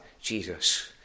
Jesus